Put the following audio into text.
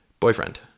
Boyfriend